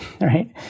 right